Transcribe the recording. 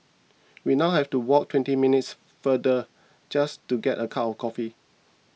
we now have to walk twenty minutes further just to get a cup of coffee